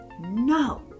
no